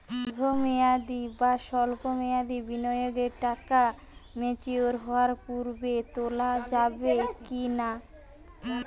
দীর্ঘ মেয়াদি বা সল্প মেয়াদি বিনিয়োগের টাকা ম্যাচিওর হওয়ার পূর্বে তোলা যাবে কি না?